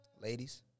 Ladies